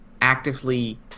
actively